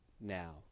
now